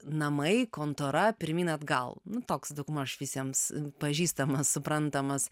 namai kontora pirmyn atgal nu toks daugmaž visiems pažįstamas suprantamas